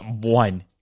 one